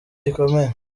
gikomeye